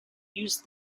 use